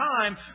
time